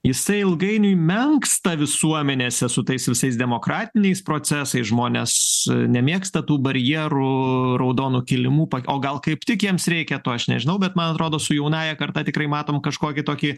jisai ilgainiui menksta visuomenėse su tais visais demokratiniais procesais žmonės nemėgsta tų barjerų raudonų kilimų o gal kaip tik jiems reikia to aš nežinau bet man atrodo su jaunąja karta tikrai matom kažkokį tokį